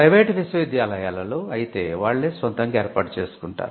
private విశ్వవిద్యాలయాలలో అయితే వాళ్ళే స్వంతoగా ఏర్పాటు చేసుకుంటారు